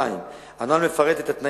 2. הנוהל מפרט את התנאים,